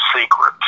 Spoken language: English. secrets